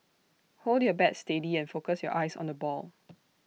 hold your bat steady and focus your eyes on the ball